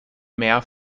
mehr